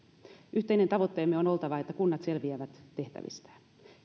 yhteinen tavoitteemme on oltava että kunnat selviävät tehtävistään